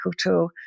tool